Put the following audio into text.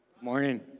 Morning